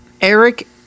Eric